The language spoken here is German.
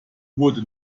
wurde